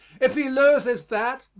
if he loses that,